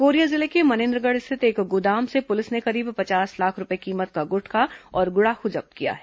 Korea जिले के मनेन्द्रगढ़ स्थित एक गोदाम से पुलिस ने करीब पचास लाख रूपये कीमत का गुटखा और गुड़ाखू जब्त किया है